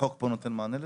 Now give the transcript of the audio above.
החוק פה נותן מענה לזה?